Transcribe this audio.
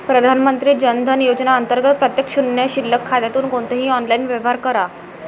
प्रधानमंत्री जन धन योजना अंतर्गत प्रत्येक शून्य शिल्लक खात्यातून कोणतेही ऑनलाइन व्यवहार करा